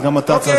אז גם אתה צריך,